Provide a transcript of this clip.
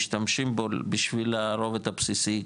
משתמשים בו בשביל הרובד הבסיסי,